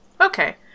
Okay